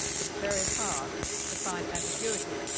it's very hard to find ambiguity,